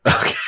Okay